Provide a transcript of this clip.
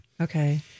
Okay